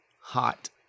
hot